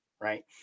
Right